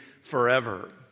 forever